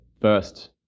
first